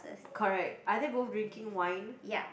correct are they both drinking wine